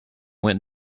went